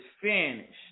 finished